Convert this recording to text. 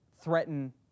threaten